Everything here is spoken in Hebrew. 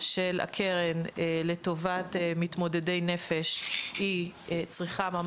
של הקרן לטובת מתמודדי נפש צריכה להיות